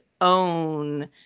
own